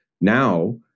Now